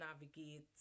navigate